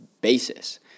basis